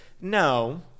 No